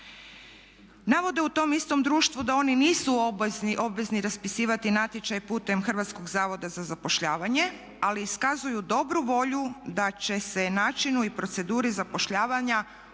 Navode u tom istom društvu da oni nisu obvezni raspisivati natječaj putem Hrvatskog zavoda za zapošljavanje, ali iskazuju dobru volju da će se načinu i proceduri zapošljavanja